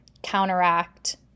counteract